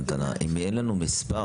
אבל אם יהיה לנו מספר,